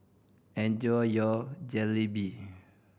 enjoy your Jalebi